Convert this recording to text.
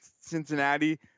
Cincinnati